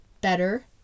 better